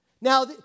Now